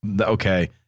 okay